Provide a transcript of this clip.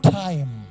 time